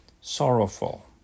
sorrowful